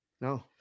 No